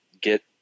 Get